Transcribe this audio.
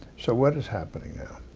so what is happening now?